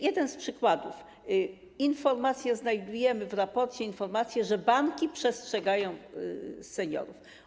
Jeden z przykładów: znajdujemy w raporcie informację, że banki przestrzegają seniorów.